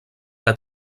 que